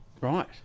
Right